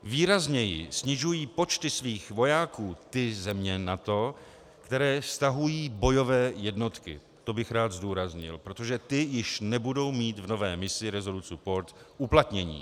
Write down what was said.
Výrazněji snižují počty svých vojáků ty země NATO, které stahují bojové jednotky, to bych rád zdůraznil, protože ty již nebudou mít v nové misi Resolute Support uplatnění.